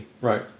Right